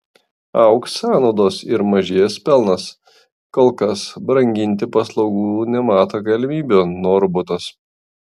augs sąnaudos ir mažės pelnas kol kas branginti paslaugų nemato galimybių norbutas